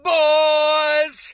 boys